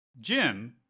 Jim